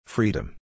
Freedom